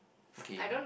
okay